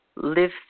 live